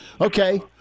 Okay